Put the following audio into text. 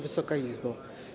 Wysoka Izbo!